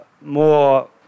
more